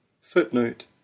Footnote